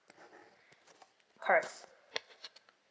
correct